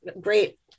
great